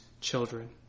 children